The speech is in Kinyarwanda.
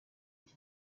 iki